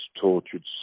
tortured